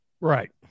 Right